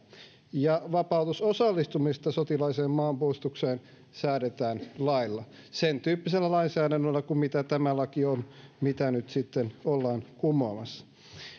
ja vapautuksesta osallistumisesta sotilaalliseen maanpuolustukseen säädetään lailla sentyyppisellä lainsäädännöllä kuin mitä tämä laki on mitä nyt ollaan kumoamassa